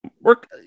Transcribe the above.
work